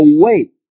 away